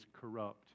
corrupt